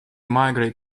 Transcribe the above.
migrate